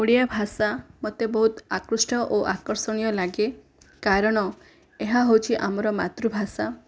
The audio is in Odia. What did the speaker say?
ଓଡ଼ିଆ ଭାଷା ମୋତେ ବହୁତ ଆକୃଷ୍ଟ ଓ ଆକର୍ଷଣୀୟ ଲାଗେ କାରଣ ଏହା ହେଉଛି ଆମର ମାତୃଭାଷା